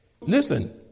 Listen